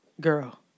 Girl